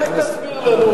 אולי תסביר לנו?